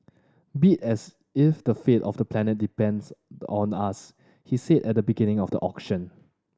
bid as if the fate of the planet depends on us he said at the beginning of the auction